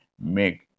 make